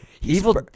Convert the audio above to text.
Evil